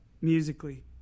musically